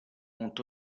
ont